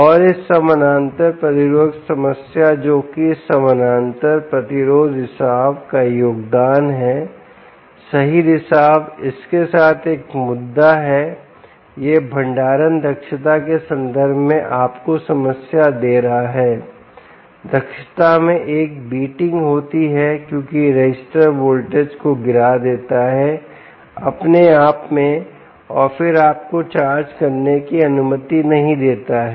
और इस समानांतर प्रतिरोधक समस्या जोकि इस समानांतर प्रतिरोध रिसाव का योगदान है सही रिसाव इस के साथ एक मुद्दा है यह भंडारण दक्षता के संदर्भ में आपको समस्या दे रहा है दक्षता में एक बीटिंग होती है क्योंकि यह रजिस्टर वोल्टेज को गिरा देता है अपने आप में और फिर आपको चार्ज करने की अनुमति नहीं देता है